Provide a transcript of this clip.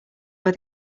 were